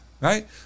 right